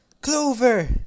clover